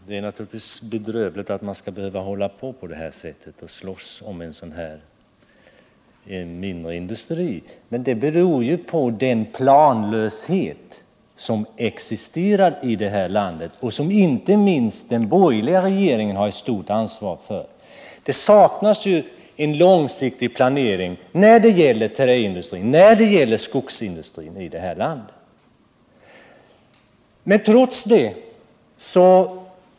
Herr talman! Det är bedrövligt att man skall behöva slåss på detta sätt om en mindre industri, men att vi måste göra det beror på den planlöshet som förekommer i vårt land och som inte minst den borgerliga regeringen har ett stort ansvar för. Det saknas en långsiktig planering när det gäller både träindustrin och skogsindustrin.